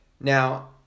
now